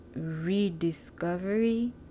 rediscovery